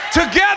Together